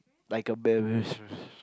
like a bitch